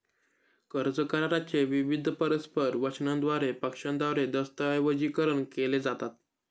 कर्ज करारा चे विविध परस्पर वचनांद्वारे पक्षांद्वारे दस्तऐवजीकरण केले जातात